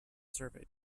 survey